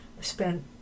spent